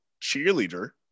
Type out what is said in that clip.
cheerleader